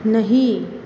नहीं